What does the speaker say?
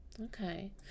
Okay